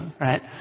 right